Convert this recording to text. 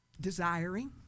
desiring